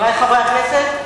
חברי חברי הכנסת,